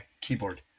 keyboard